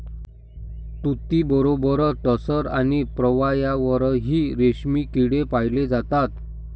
तुतीबरोबरच टसर आणि प्रवाळावरही रेशमी किडे पाळले जातात